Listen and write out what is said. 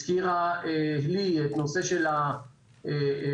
הזכירה ליהי את הנושא של המחצבות.